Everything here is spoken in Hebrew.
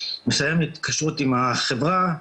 מנהלת תחום תקשורת בארגון אמון הציבור.